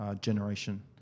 generation